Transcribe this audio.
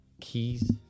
Keys